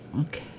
Okay